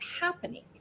happening